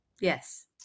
Yes